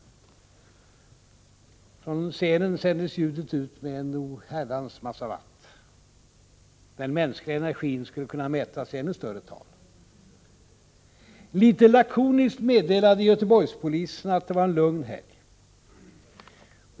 Från scenen sändes ljudet ut med en oherrans massa watt. Den mänskliga energin skulle kunna mätas i ännu större tal. Litet lakoniskt meddelade Göteborgspolisen att det var en lugn helg.